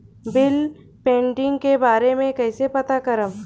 Bill pending के बारे में कईसे पता करब?